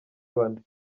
bane